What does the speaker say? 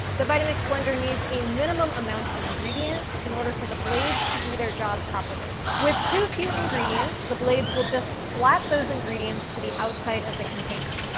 the vitamix blender needs a minimum amount of ingredients in order for the blades to do their job properly. with too few ingredients the blades will just splat those ingredients to the outside of the container.